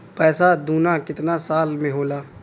पैसा दूना कितना साल मे होला?